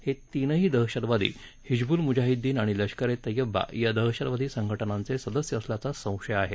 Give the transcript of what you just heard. हे तीनही दहशतवादी हिजबुल मुझाहिदिन आणि लष्करे तय्यबा या दहशतवादी संघटनाचे सदस्य असल्याचा संशय आहे